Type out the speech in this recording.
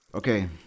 Okay